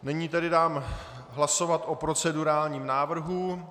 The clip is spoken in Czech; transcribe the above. Nyní tedy dám hlasovat o procedurálním návrhu.